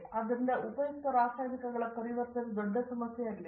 ಆದ್ದರಿಂದ ಉಪಯುಕ್ತ ರಾಸಾಯನಿಕಗಳ ಪರಿವರ್ತನೆ ದೊಡ್ಡ ಸಮಸ್ಯೆಯಾಗಿದೆ